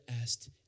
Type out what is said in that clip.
asked